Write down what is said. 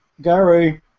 Gary